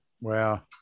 Wow